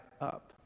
up